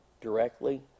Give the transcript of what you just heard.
directly